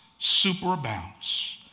superabounds